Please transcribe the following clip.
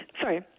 Sorry